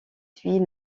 suit